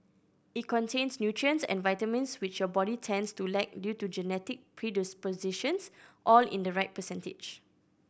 it contains nutrients and vitamins which your body tends to lack due to genetic predispositions all in the right percentage